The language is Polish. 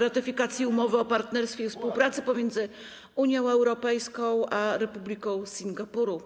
ratyfikacji umowy o partnerstwie i współpracy pomiędzy Unią Europejską a Republiką Singapuru.